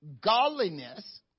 godliness